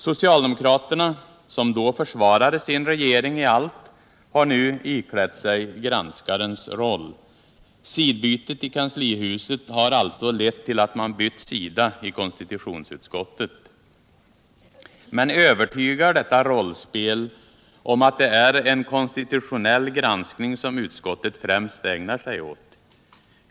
Socialdemokraterna, som då försvarade sin regering i allt, har nu iklätt sig granskarens roll. Sidbytet i kanslihuset har alltså lett till att man bytt sida i konstitutionsutskottet. Men övertygar detta rollspel om att det är en konstitutionell granskning som utskottet främst ägnar sig åt?